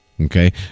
okay